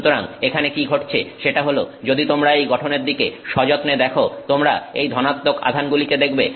সুতরাং এখানে কি ঘটেছে সেটা হলো যদি তোমরা এই গঠনের দিকে সযত্নে দেখো তোমরা এই ধনাত্মক আধানগুলিকে দেখবে